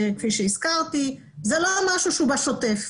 כפי שהזכרתי וזה לא משהו שהוא בשוטף.